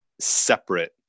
separate